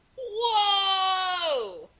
Whoa